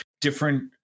different